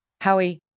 Howie